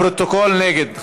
לפרוטוקול, נגד.